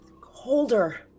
Colder